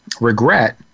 regret